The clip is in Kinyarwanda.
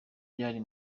byari